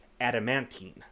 adamantine